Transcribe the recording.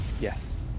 Yes